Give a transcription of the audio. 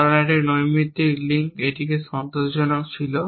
কারণ একটি নৈমিত্তিক লিঙ্ক এটিকে সন্তোষজনক ছিল